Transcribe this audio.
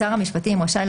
שר המשפטים רשאי,